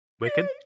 Wicked